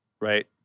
right